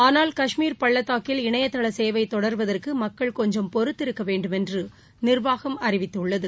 ஆனால் காஷ்மீர் பள்ளத்தாக்கில் இணையதள சேவை தொடர்வதற்கு மக்கள் கொஞ்சம் பொறுத்திருக்க வேண்டும் என்று நிர்வாகம் அறிவித்துள்ளது